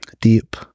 deep